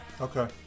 Okay